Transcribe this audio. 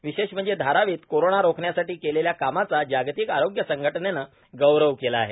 विशेष म्हणजे धारावीत कोरोना रोखण्यासाठी केलेल्या कामाचा जागतिक आरोग्य संघटनेनं गौरव केला आहे